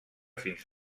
fins